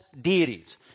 deities